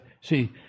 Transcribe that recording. see